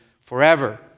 forever